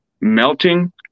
melting